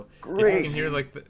Great